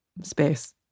space